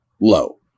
low